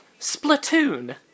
Splatoon